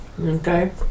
okay